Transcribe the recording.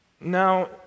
Now